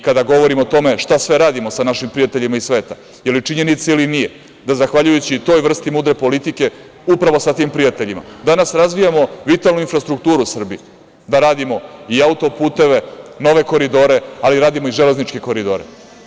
Kada govorimo o tome šta sve radimo sa našim prijateljima iz sveta, da li je činjenica ili nije da zahvaljujući toj vrsti mudre politike upravo sa tim prijateljima danas razvijamo vitalnu infrastrukturu Srbije, da radimo i auto-puteve, nove koridore, ali radimo i železničke koridore.